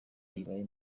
ibaye